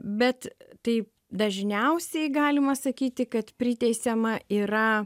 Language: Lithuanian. bet taip dažniausiai galima sakyti kad priteisiama yra